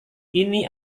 ini